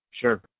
Sure